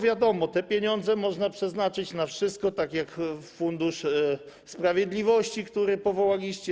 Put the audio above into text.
Wiadomo, te pieniądze można przeznaczyć na wszystko, tak jak w przypadku Funduszu Sprawiedliwości, który powołaliście.